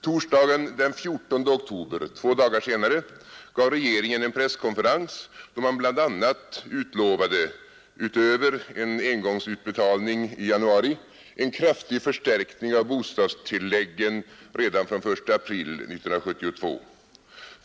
Torsdagen den 14 oktober, alltså två dagar senare, gav regeringen en presskonferens vid vilken man bl a., utöver en engångsutbetalning i januari, utlovade en kraftig förstärkning av bostadstilläggen redan från den 1 april 1972.